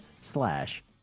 slash